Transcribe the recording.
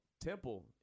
temple